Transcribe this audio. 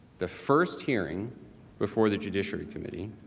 the first hearing before the judiciary committee.